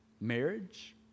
Marriage